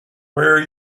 where